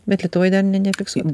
bet lietuvoj dar ne nefiksuota